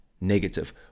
negative